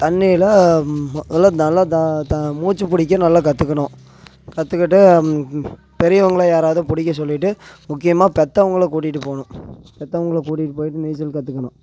தண்ணியெல்லாம் எல்லா நல்லா தா தா மூச்சு பிடிக்க நல்லா கற்றுக்கணும் கற்றுக்கிட்டு பெரியவங்கள யாராவது பிடிக்க சொல்லிட்டு முக்கியமாக பெற்றவங்கள கூட்டிகிட்டு போகணும் பெற்றவங்கள கூட்டிகிட்டு போயிட்டு நீச்சல் கற்றுக்கணும்